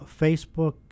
Facebook